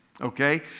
Okay